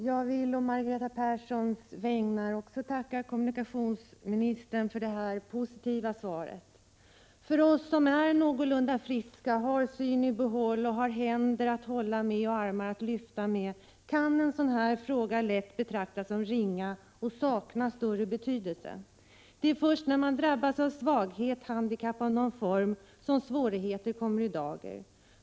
Herr talman! På Margareta Perssons vägnar tackar även jag kommunikationsministern för det positiva svaret. För oss som är någorlunda friska, som har synen i behåll och som har händer att hålla med och armar att lyfta med kan det vara lätt att säga att den här frågan är en ganska liten fråga och att den inte har större betydelse. Det är först när man drabbas av någon svaghet eller av handikapp i någon form som svårigheterna kommer i dagen.